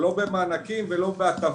סיוון להבי ממשרד הפנים, בבקשה.